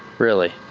really?